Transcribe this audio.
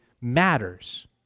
matters